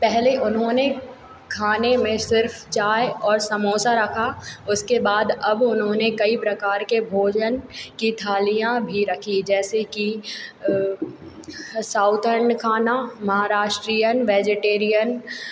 पहले उन्होंने खाने में सिर्फ चाय और समोसा रखा उसके बाद अब उन्होंने कई प्रकार के भोजन की थालियाँ भी रखी जैसे कि साऊदर्न खाना महाराष्ट्रीयन वैजेटेरियन